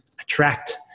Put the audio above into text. attract